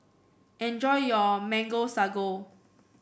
enjoy your Mango Sago